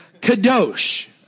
Kadosh